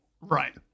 Right